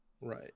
Right